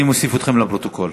אני מוסיף אתכם לפרוטוקול.